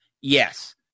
Yes